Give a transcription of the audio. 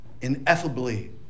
ineffably